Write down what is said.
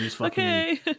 okay